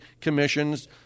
commissions